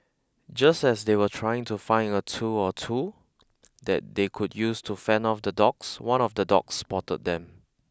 just as they were trying to find a tool or two that they could use to fend off the dogs one of the dogs spotted them